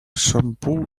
shampoo